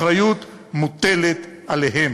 והאחריות מוטלת עליהם.